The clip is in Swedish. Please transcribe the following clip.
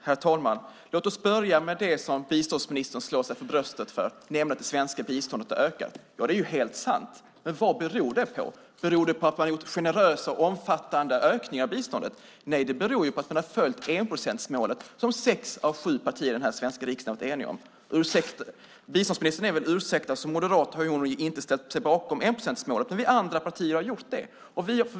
Herr talman! Låt oss börja med det som biståndsministern slår sig för bröstet för, nämligen att det svenska biståndet har ökat. Det är helt sant. Men vad beror det på? Beror det på att man har gjort generösa omfattande ökningar av biståndet? Nej, det beror på att man har följt enprocentsmålet som sex av sju partier i den svenska riksdagen varit eniga om. Biståndsministern är väl ursäktad. Som moderat har hon inte ställt sig bakom enprocentsmålet, men vi andra partier har gjort det.